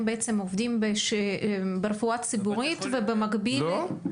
בעצם עובדים ברפואה ציבורית ובמקביל --- לא,